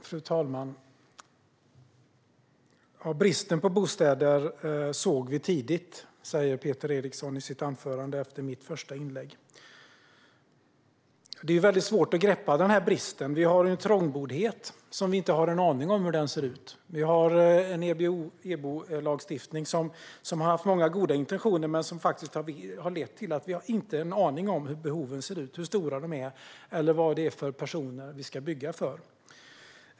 Fru talman! Bristen på bostäder såg vi tidigt, säger Peter Eriksson i sitt anförande efter mitt första inlägg. Det är väldigt svårt att greppa bristen. Vi har en trångboddhet som vi inte har en aning om hur den ser ut. Vi har en EBO-lagstiftning som haft många goda intentioner men som har lett till att vi inte har någon aning om hur behoven ser ut, hur stora de är eller vad det är för personer vi ska bygga för.